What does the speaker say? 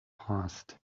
passed